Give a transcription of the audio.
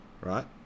Right